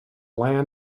land